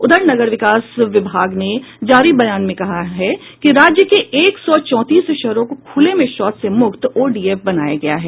उधर नगर विकास विभाग ने जारी बयान में कहा है कि राज्य के एक सौ चौंतीस शहरों को खुले में शौच से मुक्त ओडीएफ बनाया गया है